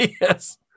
yes